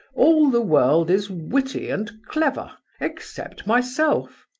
all the world is witty and clever except myself.